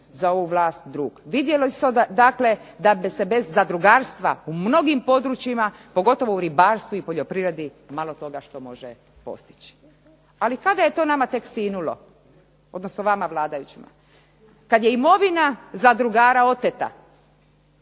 za ovu vlast drug. Vidjeli su dakle da se bez zadrugarstva u mnogim područjima, pogotovo u ribarstvu i poljoprivredi, malo toga što može postići. Ali kada je to nama tek sinulo, odnosno vama vladajućima? Kad je imovina zadrugara oteta,